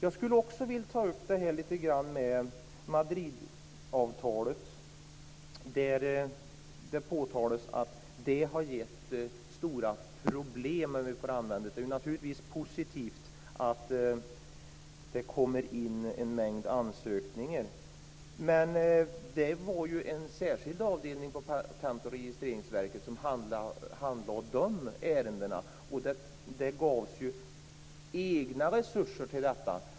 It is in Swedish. Jag skulle också vilja ta upp Madridavtalet. Det påtalas att det har gett stora problem. Det är naturligtvis positivt att det kommer in en mängd ansökningar. Men det var ju en särskild avdelning på Patent och registreringsverket som handlade dessa ärenden. Det gavs ju särskilda resurser till detta.